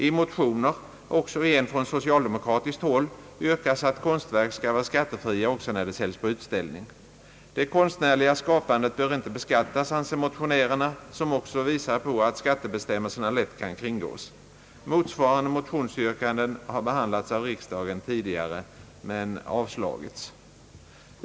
I motioner — också i en från socialdemokratiskt håll — yrkas att konstverk skall vara skattefria också när de säljs på utställning. Det konstnärliga skapandet bör inte beskattas, anser motionärerna, som också visar på att skattebestämmelserna lätt kan kringgås. Motsvarande motionsyrkanden har behandlats av riksdagen tidigare men avslagits.